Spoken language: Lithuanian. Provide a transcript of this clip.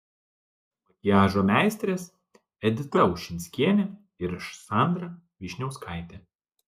makiažo meistrės edita ušinskienė ir sandra vyšniauskaitė